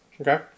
Okay